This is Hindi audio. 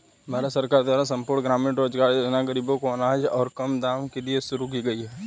भारत सरकार द्वारा संपूर्ण ग्रामीण रोजगार योजना ग़रीबों को अनाज और काम देने के लिए शुरू की गई है